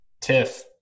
tiff